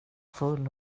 full